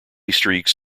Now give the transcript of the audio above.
streaks